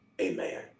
amen